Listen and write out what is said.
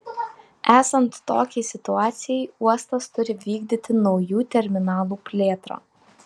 esant tokiai situacijai uostas turi vykdyti naujų terminalų plėtrą